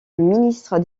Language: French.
ministre